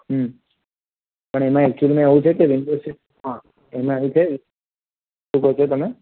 હં પણ એમાં એકચુઅલીમાં એવું છે કે વિન્ડો સીટ હં એમાં એવું છે શું કહો છો તમે